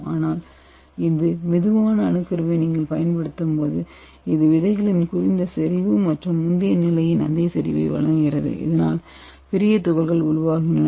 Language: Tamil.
ஆனால் இந்த மெதுவான அணுக்கருவை நீங்கள் பயன்படுத்தும்போது இது விதைகளின் குறைந்த செறிவு மற்றும் முந்திய நிலையின் அதே செறிவை வழங்குகிறது இதனால் பெரிய துகள்கள் உருவாகின்றன